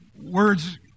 Words